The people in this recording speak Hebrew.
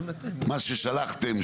מה ששלחתם,